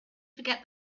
forget